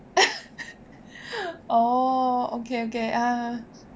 oh okay okay